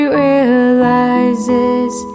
realizes